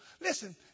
Listen